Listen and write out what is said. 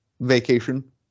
Vacation